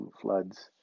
floods